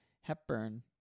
Hepburn